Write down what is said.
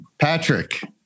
Patrick